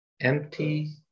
Empty